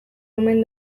omen